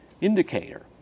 indicator